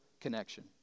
connection